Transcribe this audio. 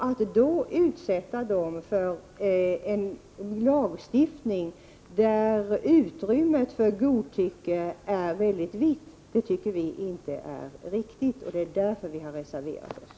Att utsätta människorna för en lagstiftning som medger ett mycket stort utrymme för godtycke anser vi inte vara riktigt. Därför har vi reserverat oss.